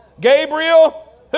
Gabriel